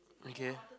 okay